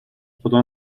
خدا